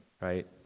right